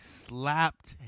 slapped